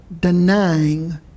denying